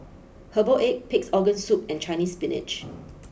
Herbal Egg Pig's Organ Soup and Chinese spinach